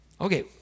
Okay